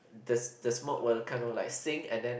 the the smoke will kind of like sink and then